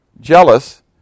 jealous